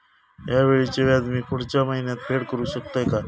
हया वेळीचे व्याज मी पुढच्या महिन्यात फेड करू शकतय काय?